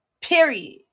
Period